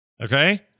Okay